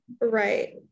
right